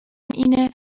اینه